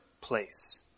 place